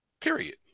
period